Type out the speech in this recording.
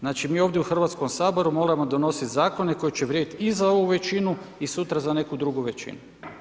Znači mi ovdje u Hrvatskom saboru moramo donositi zakone koji će vrijediti i za ovu većinu i sutra za neku drugu većinu.